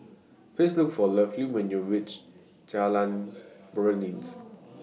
Please Look For Lovey when YOU REACH Jalan Beringin